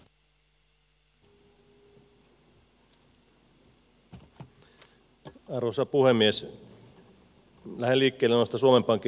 lähden liikkeelle noista suomen pankin ennusteista